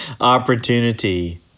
opportunity